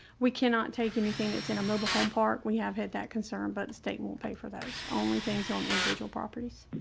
we cannot take anything that's in a mobile home park. we have had that concern but the state won't pay for that. it's only things on individual properties.